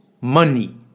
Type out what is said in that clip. money